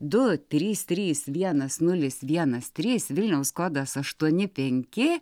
du trys trys vienas nulis vienas trys vilniaus kodas aštuoni penki